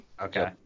Okay